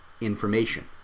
information